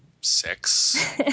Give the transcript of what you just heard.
six